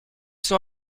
sont